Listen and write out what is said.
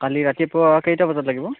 কালি ৰাতিপুৱা কেইটা বজাত লাগিব